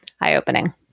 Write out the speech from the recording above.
eye-opening